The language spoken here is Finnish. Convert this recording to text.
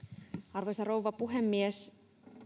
arvoisa rouva puhemies